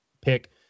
pick